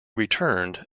returned